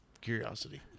curiosity